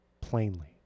plainly